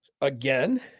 Again